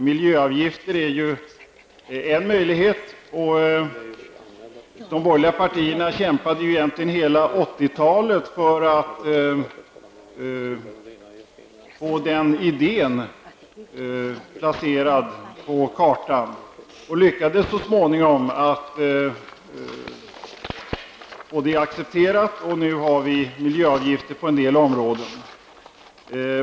Miljöavgifter är en möjlighet. De borgerliga partierna kämpade egentligen under hela 80-talet för att få den idén placerad på kartan och lyckades så småningom att få detta accepterat, och nu har vi miljöavgifter på en del områden.